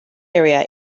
area